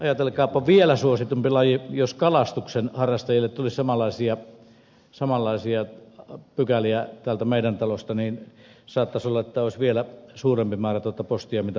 ajatelkaapa vielä suositumpi laji jos kalastuksen harrastajille tulisi samanlaisia pykäliä täältä meidän talosta niin saattaisi olla että olisi vielä suurempi määrä tuota postia mitä meille tulisi